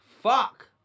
Fuck